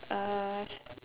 uh